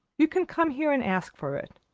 you can come here and ask for it.